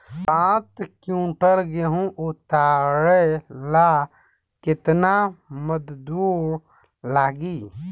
पांच किविंटल गेहूं उतारे ला केतना मजदूर लागी?